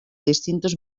distintos